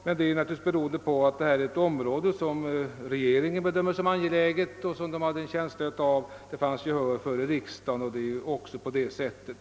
Det beror naturligtvis på att detta är ett område som regeringen bedömer som angeläget och att man har haft en känsla av att det i riksdagen fanns gehör för en sådan uppräkning, och så är det ju också.